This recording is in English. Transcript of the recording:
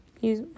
use